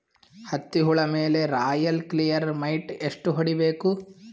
ಹತ್ತಿ ಹುಳ ಮೇಲೆ ರಾಯಲ್ ಕ್ಲಿಯರ್ ಮೈಟ್ ಎಷ್ಟ ಹೊಡಿಬೇಕು?